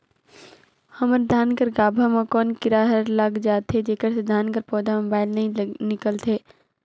हमर धान कर गाभा म कौन कीरा हर लग जाथे जेकर से धान कर पौधा म बाएल नइ निकलथे?